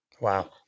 Wow